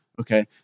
Okay